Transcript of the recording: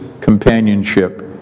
companionship